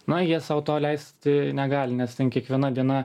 na jie sau to leisti negali nes kiekviena diena